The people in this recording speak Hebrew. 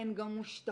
הן גם מושתקות.